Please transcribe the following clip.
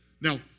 Now